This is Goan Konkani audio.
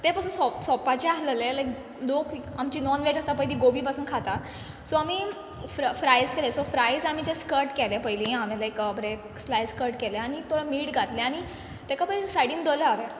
तें पासून सोंप सोंपपाचें आल्हलें लायक लोक आमची नॉन वॅज आसा पय तीं गोबी पासून खाता सो आमी फ्र फ्रायज केले सो फ्रायज आमी जस कट केले पयली हांवें लायक बरेंं स्लायस कट केले आनी थोडें मीट घातलें आनी तेका पयली सायडीन दोल्ले हांवें